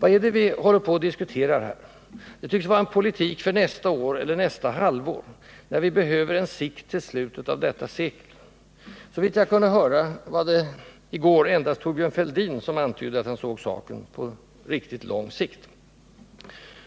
Vad är det vi håller på att diskutera här? Det tycks vara en politik för nästa år eller nästa halvår — när vi behöver en sikt till slutet av detta sekel. Såvitt jag kunde höra var det i går endast Thorbjörn Fälldin som antydde att han såg problemen på riktigt lång sikt.